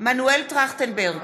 מנואל טרכטנברג,